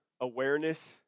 Awareness